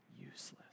useless